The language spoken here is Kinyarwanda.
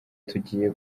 tugiye